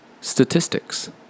statistics